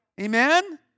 Amen